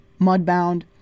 Mudbound